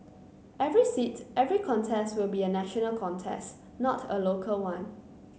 every seat every contest will be a national contest not a local one